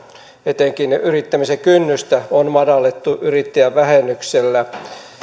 etenkin yrittämisen kynnystä on madallettu yrittäjävähennyksellä